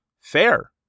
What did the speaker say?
fair